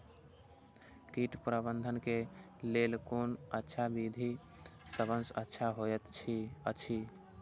कीट प्रबंधन के लेल कोन अच्छा विधि सबसँ अच्छा होयत अछि?